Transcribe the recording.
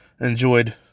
enjoyed